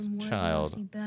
child